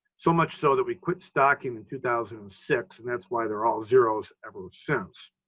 so much so that we quit stocking in two thousand and six. and that's why they're all zeros ever since.